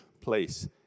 place